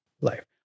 life